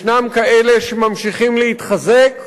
יש כאלה שממשיכים להתחזק,